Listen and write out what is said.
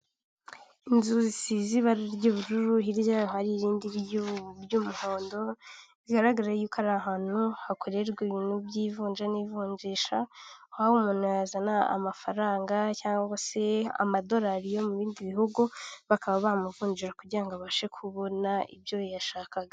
Inzu zisize ibara ry'ubururu hirya yaho hari irindi ry'umuhondo bigaragara yuko ari ahantu hakorerwa ibintu by'ivunja n'ivunjisha aho umuntu yazana amafaranga cyangwa se amadolari yo mu bindi bihugu bakaba bamuvunjira kugira ngo abashe kubona ibyo yashakaga.